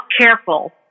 careful